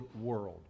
world